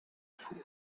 fool